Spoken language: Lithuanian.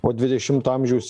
o dvidešimto amžiaus